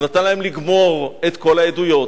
הוא נתן להם לגמור את כל העדויות,